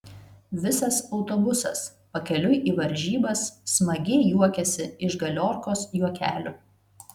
visas autobusas pakeliui į varžybas smagiai juokėsi iš galiorkos juokelių